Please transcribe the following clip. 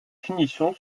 finition